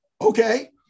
okay